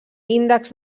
índex